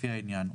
לפי העניין",